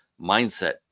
mindset